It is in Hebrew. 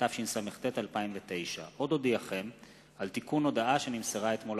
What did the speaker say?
התשס”ט 2009. עוד אודיעכם על תיקון הודעה שנמסרה אתמול לכנסת: